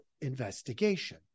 investigation